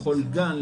לכל גן,